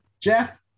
Jeff